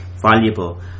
valuable